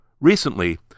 Recently